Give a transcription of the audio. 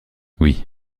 oui